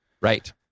Right